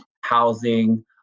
housing